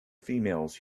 females